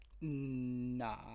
Nah